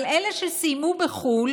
אבל אלה שסיימו בחו"ל